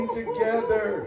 together